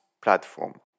platform